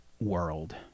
world